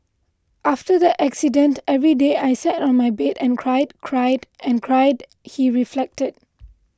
after the accident every day I sat on my bed and cried cried and cried he reflected